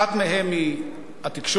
אחת מהן היא התקשורת,